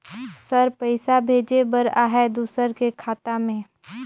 Sir पइसा भेजे बर आहाय दुसर के खाता मे?